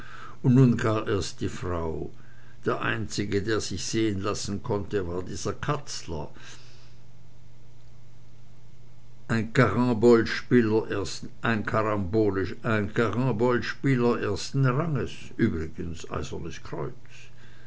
und nun gar erst die frau der einzige der sich sehen lassen konnte war dieser katzler ein karambolespieler ersten ranges übrigens eisernes kreuz